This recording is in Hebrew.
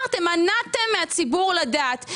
מנעתם מהציבור לדעת.